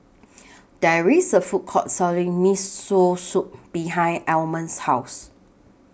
There IS A Food Court Selling Miso Soup behind Almond's House